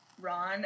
Ron